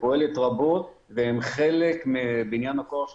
שפועלת רבות והם חלק מבניין הכוח של